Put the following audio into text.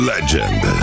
Legend